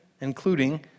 including